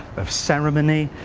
of ceremony